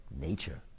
nature